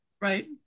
Right